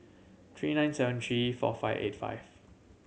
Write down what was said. three nine seven three four five eight five